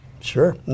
Sure